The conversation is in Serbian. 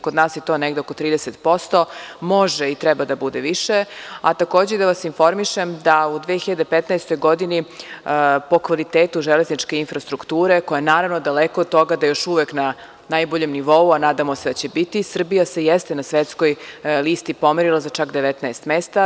Kod nas je to negde oko 30%, može i treba da bude više, a takođe i da vas informišem da u 2015. godini, po kvalitetu železničke infrastrukture, koja naravno, daleko od toga da još uvek na najboljem nivou, a nadamo se da će biti, Srbija se jeste na svetskoj listi pomerila za čak 19 mesta.